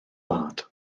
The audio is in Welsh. wlad